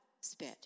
Spit